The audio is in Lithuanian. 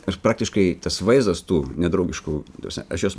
aš praktiškai tas vaizdas tų nedraugiškų ta prasme aš juos